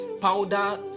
powder